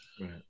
right